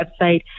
website